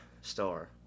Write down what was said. star